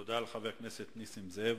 תודה לחבר הכנסת נסים זאב.